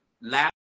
last